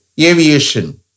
Aviation